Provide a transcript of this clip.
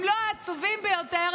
אם לא העצובים ביותר,